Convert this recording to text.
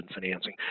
financing